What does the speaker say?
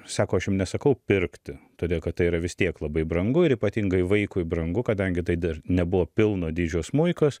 sako aš jum nesakau pirkti todėl kad tai yra vis tiek labai brangu ir ypatingai vaikui brangu kadangi tai dar nebuvo pilno dydžio smuikas